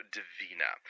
Divina